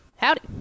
Howdy